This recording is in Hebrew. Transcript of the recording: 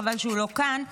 חבל שהוא לא כאן,